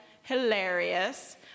hilarious